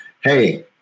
hey